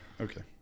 okay